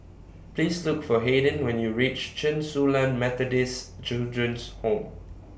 Please Look For Hayden when YOU REACH Chen Su Lan Methodist Children's Home